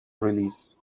release